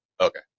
Okay